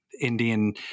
Indian